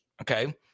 Okay